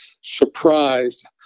surprised